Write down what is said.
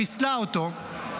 חיסלה אותו,